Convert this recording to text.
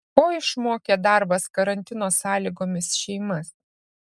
ko išmokė darbas karantino sąlygomis šeimas